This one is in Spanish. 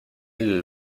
del